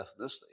ethnicity